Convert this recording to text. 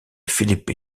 philippe